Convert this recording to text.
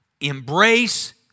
Embrace